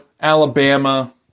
Alabama